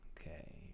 Okay